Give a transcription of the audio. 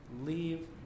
leave